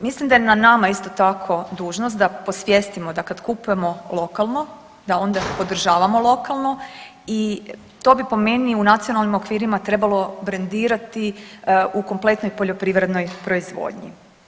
Mislim da je na nama isto tako dužnost da posvjestimo da kad kupujemo lokalno da onda podržavamo lokalno i to bi po meni u nacionalnim okvirima trebalo brendirati u kompletnoj poljoprivrednoj proizvodnji.